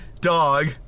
dog